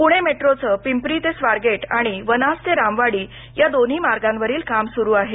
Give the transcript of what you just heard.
पुणे मेट्रोच पिंपरी ते स्वारगेट आणि वनाज ते रामवाडी या दोन्ही मार्गावरील काम सुरु आहे